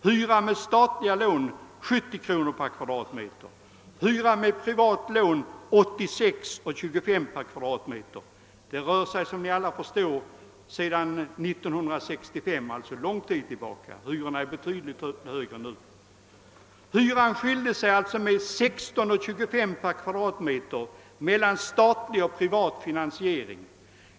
Hyra med statliga lån 70 kr. per kvadratmeter. Hyra med privat lån 86:25 kr. per kvadratmeter. Det rör sig, som ni alla förstår, om ett hus som byggdes för flera år sedan, närmare bestämt 1965 — hyrorna är ju betydligt högre nu. Hyran skilde sig alltså med 16:25 kr. per kvadratmeter mellan statlig och privat finansiering.